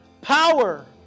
power